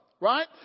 right